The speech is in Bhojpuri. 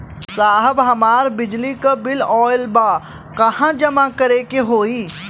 साहब हमार बिजली क बिल ऑयल बा कहाँ जमा करेके होइ?